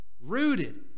Rooted